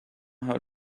how